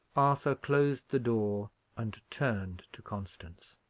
arthur closed the door and turned to constance.